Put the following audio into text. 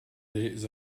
des